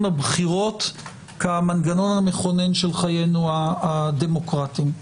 הבחירות כמנגנון המכונן של חיינו הדמוקרטיים.